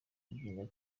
igendera